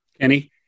Kenny